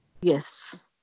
Yes